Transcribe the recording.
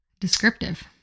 Descriptive